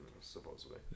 supposedly